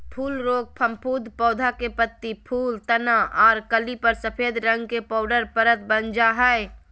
फूल रोग फफूंद पौधा के पत्ती, फूल, तना आर कली पर सफेद रंग के पाउडर परत वन जा हई